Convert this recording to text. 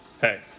hey